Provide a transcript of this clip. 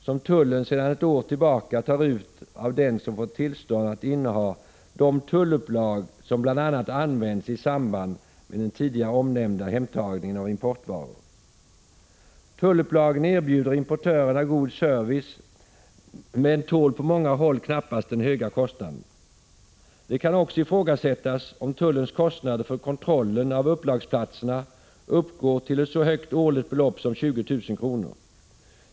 — som tullen sedan ett år tillbaka tar ut av dem som fått tillstånd att inneha de tullupplag som bl.a. används i samband med den tidigare omnämnda hemtagningen av importvaror. Tullupplagen erbjuder importörerna god service men tål på många håll knappast den höga kostnaden. Det kan också ifrågasättas om tullens kostnader för kontrollen av upplagsplatserna uppgår till ett så högt årligt belopp som 20 000 kr.